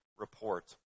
report